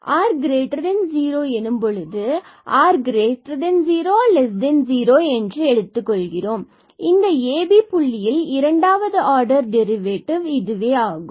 எனவே r0 எனும்பொழுது நாம் r0 r0 என்று எடுத்துக் கொள்கிறோம் இந்த ab புள்ளியில் இரண்டாவது ஆர்டர் டெரிவேட்டிவ் ஆகும்